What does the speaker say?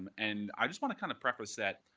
um and i just want to kind of preface that,